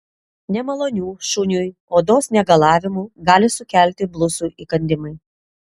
nemalonių šuniui odos negalavimų gali sukelti blusų įkandimai